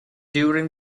during